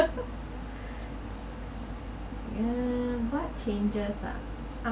err what changes ah